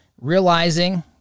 realizing